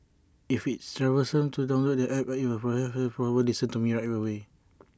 if it's troublesome to download the App I her forward listen to me A right away